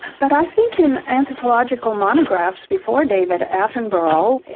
but i think in anthropological monographs before david attenborough, yeah